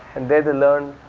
and there they learn